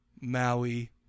Maui